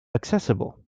accessible